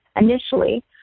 initially